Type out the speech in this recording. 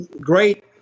great